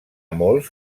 molts